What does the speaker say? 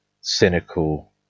cynical